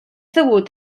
degut